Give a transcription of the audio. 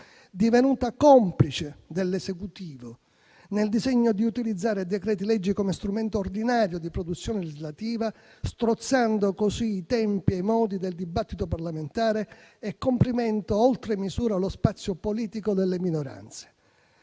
divenuta complice dell'Esecutivo nel disegno di utilizzare decreti-legge come strumento ordinario di produzione legislativa, strozzando così i tempi e i modi del dibattito parlamentare e comprimendo oltre misura lo spazio politico delle minoranze.